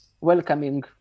welcoming